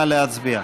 נא להצביע.